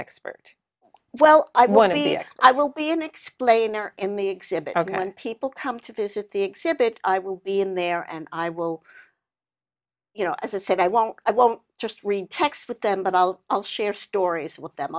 expert well i want to i will be an explainer in the exhibit are going people come to visit the exhibit i will be in there and i will you know as i said i won't i won't just read text with them but i'll i'll share stories with them